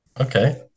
Okay